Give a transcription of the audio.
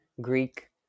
Greek